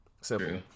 Simple